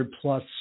plus